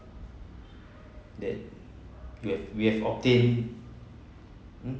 that you have we have obtained